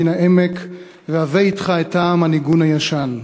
מן העמק / והבא אתך את טעם הניגון הישן.